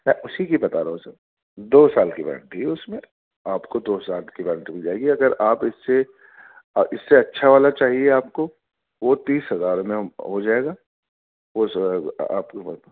میں اسی کی بتا رہا ہوں سر دو سال کی وانٹی ہے اس میں آپ کو دو سال کی وارنٹی مل جائے گی اگر آپ اس سے اس سے اچھا والا چاہیے آپ کو وہ تیس ہزار میں ہوجائے گا وہ سر آپ